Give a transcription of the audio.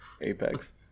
Apex